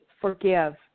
forgive